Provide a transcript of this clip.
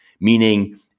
Meaning